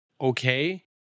Okay